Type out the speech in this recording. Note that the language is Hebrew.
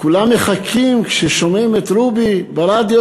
וכולם מחכים כששומעים את רובי ברדיו,